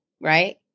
right